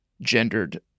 gendered